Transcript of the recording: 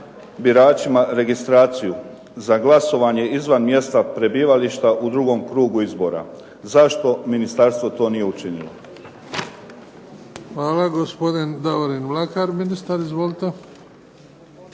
biračima registraciju za glasovanje izvan mjesta prebivališta u drugom krugu izbora. Zašto ministarstvo to nije učinilo?